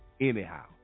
anyhow